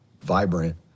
vibrant